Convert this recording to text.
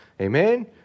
amen